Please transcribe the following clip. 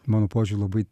mano požiūriu labai